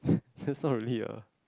since not really a